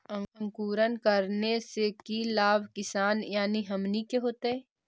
अंकुरण करने से की लाभ किसान यानी हमनि के होतय?